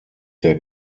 der